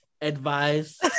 advice